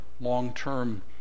long-term